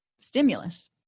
stimulus